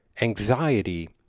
Anxiety